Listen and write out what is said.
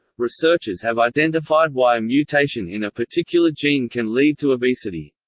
researchers have identified why a mutation in a particular gene can lead to obesity.